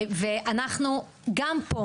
אנחנו גם פה,